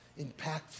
impactful